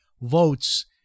votes